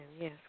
Yes